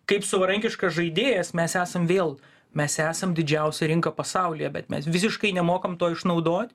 kaip savarankiškas žaidėjas mes esam vėl mes esam didžiausia rinka pasaulyje bet mes visiškai nemokam to išnaudot